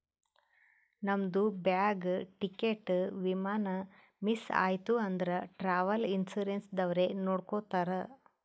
ನಮ್ದು bag, ticket, ವಿಮಾನ miss ಐಯ್ತ ಅಂದುರ್ ಟ್ರಾವೆಲ್ ಇನ್ಸೂರೆನ್ಸ್ ದವ್ರೆ ನೋಡ್ಕೊತ್ತಾರ್